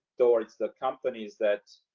towards the companies that,